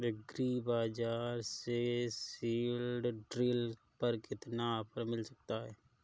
Agree बाजार से seed drill पर कितना ऑफर मिल सकता है?